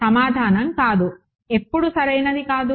సమాధానం కాదు ఎప్పుడు సరైనది కాదు